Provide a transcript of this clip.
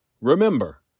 Remember